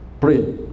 pray